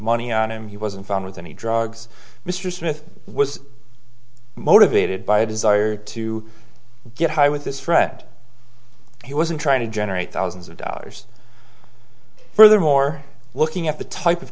money on him he wasn't found with any drugs mr smith was motivated by a desire to get high with this friend he wasn't trying to generate thousands of dollars furthermore looking at the type of